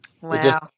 Wow